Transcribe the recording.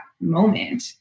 moment